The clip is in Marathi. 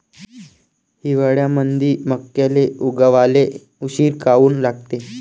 हिवाळ्यामंदी मक्याले उगवाले उशीर काऊन लागते?